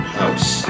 house